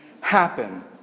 happen